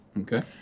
Okay